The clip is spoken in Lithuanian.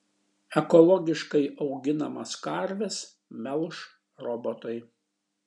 ekologiškai auginamas karves melš robotai